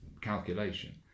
calculation